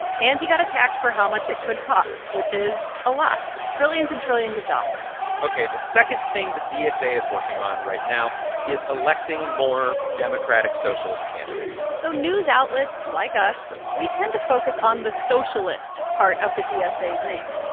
and he got attacked for how much it could cost, which is a lot trillions and trillions of dollars ok, the second thing the dsa is working on right now is electing more democratic socialist candidates so news outlets like us, we tend to focus on the socialist part of the dsa's name.